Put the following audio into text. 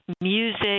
music